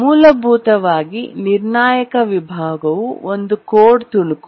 ಮೂಲಭೂತವಾಗಿ ನಿರ್ಣಾಯಕ ವಿಭಾಗವು ಒಂದು ಕೋಡ್ ತುಣುಕು